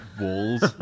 walls